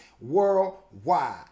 worldwide